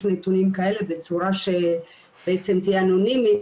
נתונים כאלה בצורה שבעצם תהיה אנונימית,